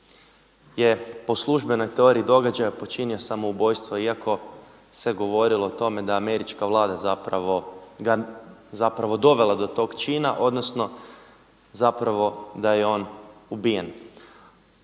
je po službenoj teoriji događaja počinio samoubojstvo, iako se govorilo o tome da američka vlada zapravo dovela do tog čina odnosno da je on ubijen.